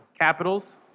capitals